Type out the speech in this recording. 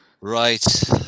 Right